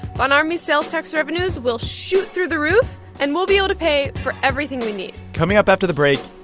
von ormy's sales tax revenues will shoot through the roof, and we'll be able to pay for everything we need coming up after the break,